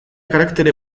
karaktere